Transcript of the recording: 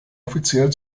offiziell